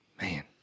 Man